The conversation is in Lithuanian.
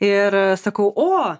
ir sakau o